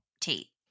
Tate